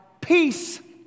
peace